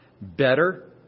Better